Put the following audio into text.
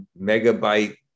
megabyte